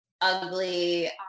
ugly